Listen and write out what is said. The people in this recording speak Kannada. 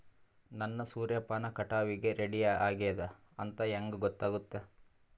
ನನ್ನ ಸೂರ್ಯಪಾನ ಕಟಾವಿಗೆ ರೆಡಿ ಆಗೇದ ಅಂತ ಹೆಂಗ ಗೊತ್ತಾಗುತ್ತೆ?